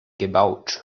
gebaut